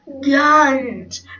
guns